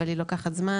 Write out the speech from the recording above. אבל היא לוקחת זמן.